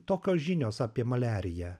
tokios žinios apie maliariją